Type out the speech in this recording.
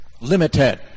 Limited